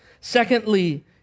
Secondly